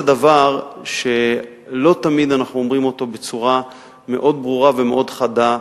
זה דבר שלא תמיד אנחנו אומרים אותו בצורה מאוד ברורה ומאוד חדה,